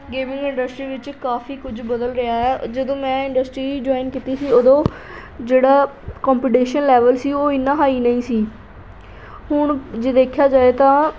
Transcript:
gaming industry ਵਿੱਚ ਕਾਫੀ ਕੁਝ ਬਦਲ ਰਿਹਾ ਹੈ ਜਦੋਂ ਮੈਂ ਇੰਡਸਟਰੀ ਜੁਆਇਨ ਕੀਤੀ ਸੀ ਉਦੋਂ ਜਿਹੜਾ ਕੰਪਟੀਸ਼ਨ ਲੈਵਲ ਸੀ ਉਹ ਇੰਨਾ ਹਾਈ ਨਹੀਂ ਸੀ ਹੁਣ ਜੇ ਦੇਖਿਆ ਜਾਏ ਤਾਂ